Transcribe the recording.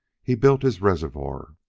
he built his reservoir,